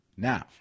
Now